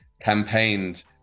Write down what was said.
campaigned